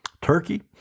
Turkey